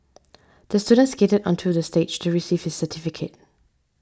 the student skated onto the stage to receive his certificate